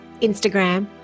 Instagram